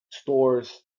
stores